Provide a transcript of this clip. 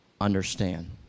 understand